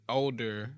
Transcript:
older